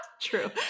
True